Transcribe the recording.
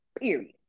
Period